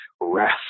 rest